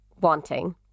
wanting